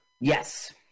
Yes